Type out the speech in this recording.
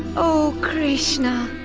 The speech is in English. o krishna!